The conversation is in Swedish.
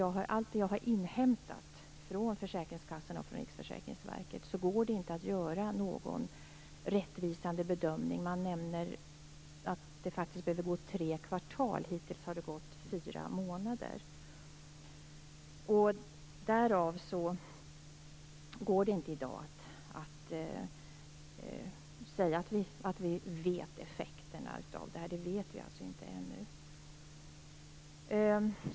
Enligt allt det jag har inhämtat från försäkringskassorna och från Riksförsäkringsverket går det inte att göra någon rättvisande bedömning. Man nämner att det behöver gå tre kvartal, och hittills har det gått fyra månader. Därav går det inte att i dag säga att vi känner till effekterna av detta - det vet vi alltså inte ännu.